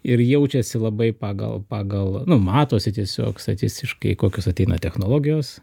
ir jaučiasi labai pagal pagal nu matosi tiesiog statistiškai kokios ateina technologijos